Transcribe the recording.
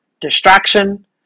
distraction